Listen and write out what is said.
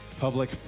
public